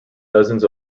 dozens